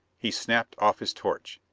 he snapped off his torch.